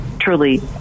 truly